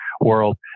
world